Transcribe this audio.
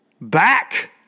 back